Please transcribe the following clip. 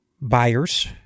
buyers